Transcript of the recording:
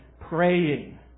praying